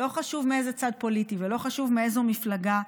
לא חשוב מאיזה צד פוליטי ולא חשוב מאיזו מפלגה,